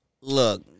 look